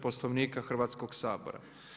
Poslovnika Hrvatskog sabora.